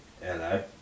hello